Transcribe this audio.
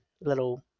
little